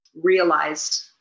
realized